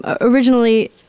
originally